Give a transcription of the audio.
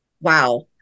wow